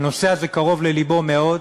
הנושא הזה קרוב ללבו מאוד,